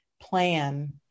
plan